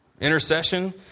Intercession